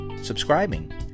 Subscribing